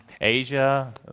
Asia